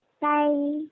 Bye